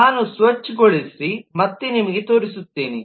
ನಾನು ಸ್ವಚ್ ಗೊಳಿಸಿ ಮತ್ತೆ ನಿಮಗೆ ತೋರಿಸುತ್ತೇನೆ